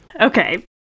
Okay